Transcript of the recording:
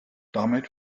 damit